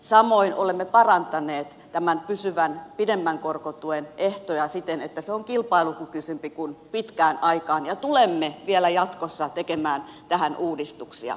samoin olemme parantaneet tämän pysyvän pidemmän korkotuen ehtoja siten että se on kilpailukykyisempi kuin pitkään aikaan ja tulemme vielä jatkossa tekemään tähän uudistuksia